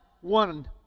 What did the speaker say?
one